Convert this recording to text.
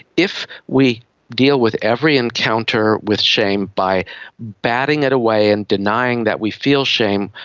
if we deal with every encounter with shame by batting it away and denying that we feel shame,